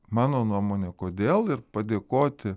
mano nuomone kodėl ir padėkoti